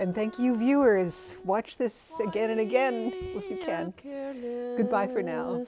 and thank you viewer is watch this again and again ok bye for no